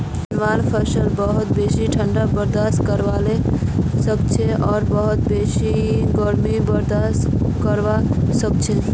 आंवलार फसल बहुत बेसी ठंडा बर्दाश्त करवा सखछे आर बहुत गर्मीयों बर्दाश्त करवा सखछे